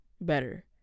better